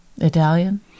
Italian